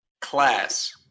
Class